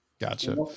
Gotcha